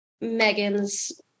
Megan's